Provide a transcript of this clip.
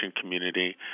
community